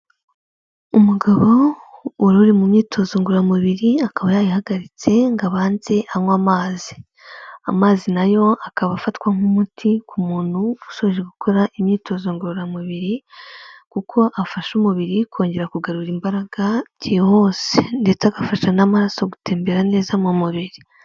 Umugabo uri mu myitozo ngoramubiri, akaba yayihagaritse ngo abanze anywa amazi, Amazi nayo akaba afatwa nk'umuti ku muntu usoje gukora imyitozo ngororamubirikuko afasha umubiri kongera kugarura imbaraga byihuse ndetse agafasha n'amaraso gutembera neza mumubiri.